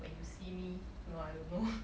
when you see me no I don't know